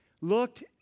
looked